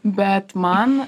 bet man